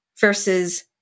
versus